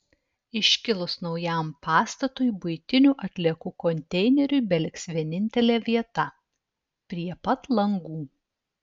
iškilus naujam pastatui buitinių atliekų konteineriui beliks vienintelė vieta prie pat langų